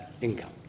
income